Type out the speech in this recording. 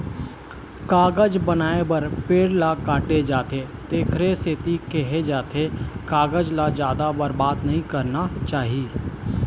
कागज बनाए बर पेड़ ल काटे जाथे तेखरे सेती केहे जाथे कागज ल जादा बरबाद नइ करना चाही